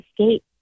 escape